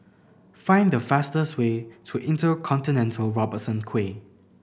find the fastest way to InterContinental Robertson Quay